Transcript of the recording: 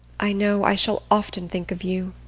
i know i shall often think of you,